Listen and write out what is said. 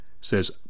says